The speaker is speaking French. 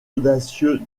audacieux